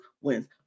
wins